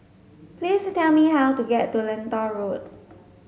please tell me how to get to Lentor Road